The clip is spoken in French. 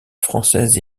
française